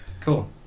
cool